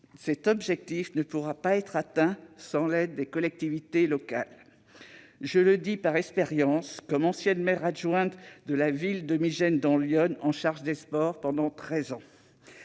Cet objectif ne pourra pas être atteint sans l'aide des collectivités locales. Je le dis par expérience, en tant qu'ancienne maire adjointe de la ville de Migennes, dans l'Yonne, chargée des sports pendant treize ans.